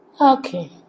Okay